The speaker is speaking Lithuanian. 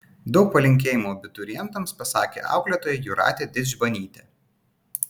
daug palinkėjimų abiturientams pasakė auklėtoja jūratė didžbanytė